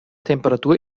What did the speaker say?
temperatur